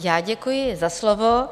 Já děkuji za slovo.